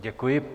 Děkuji.